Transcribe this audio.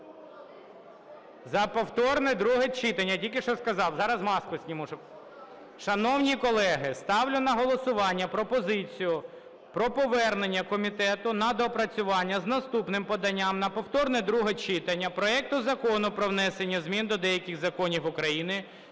За повторне друге читання, я тільки що сказав. Зараз маску зніму, щоб… Шановні колеги, ставлю на голосування пропозицію про повернення комітету на доопрацювання з наступним поданням на повторне друге читання проекту Закону про внесення змін до деяких Законів України